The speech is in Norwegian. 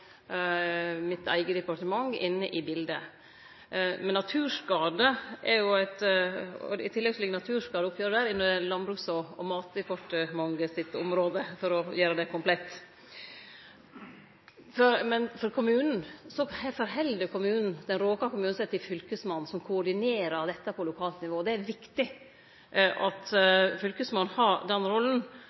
mitt eige departement inne i biletet. I tillegg ligg naturskadeoppgjer under Landbruks- og matdepartementet sitt område, for å gjere det komplett. Men den råka kommunen held seg til Fylkesmannen, som koordinerer dette på lokalt nivå. Det er viktig at Fylkesmannen, som har lokalkunnskapen, har den